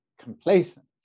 complacent